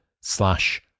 slash